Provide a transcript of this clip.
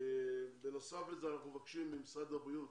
בנוסף לזה אנחנו מבקשים ממשרד הבריאות,